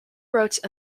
wrote